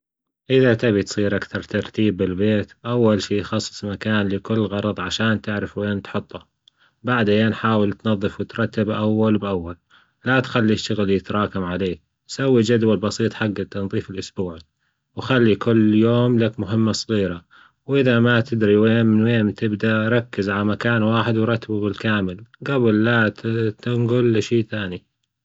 اذا تبي تصير أكثر ترتيب البيت أول شي خصص مكان لكل غرض عشان تعرف وين تحطه، بعدين حاول تنظف وترتب أول بأول لا تخلي الشغل يتراكم عليك، سوي جدول بسيط حج التنظيف الأسبوعي وخلي كل يوم لك مهمة صغيرة وإذا ما تدري وين من وين تبدأ ركز ع مكان واحد ورتبه بالكامل جبل لا تنجل لشي ثاني.